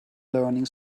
learning